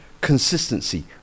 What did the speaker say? consistency